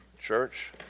church